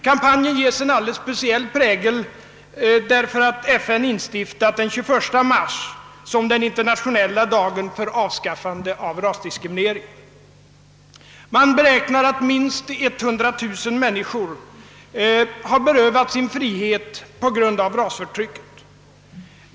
Kampanjen får en alldeles speciell prägel därigenom att FN har instiftat den 21 mars som den internationella dagen för avskaffande av rasdiskriminering. Man beräknar att minst 100 000 människor har berövats sin frihet som en följd av rasförtrycket.